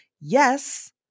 yes